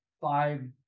five